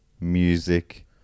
music